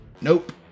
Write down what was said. Nope